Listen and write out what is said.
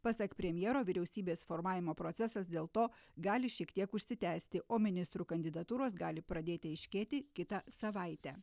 pasak premjero vyriausybės formavimo procesas dėl to gali šiek tiek užsitęsti o ministrų kandidatūros gali pradėti aiškėti kitą savaitę